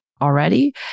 already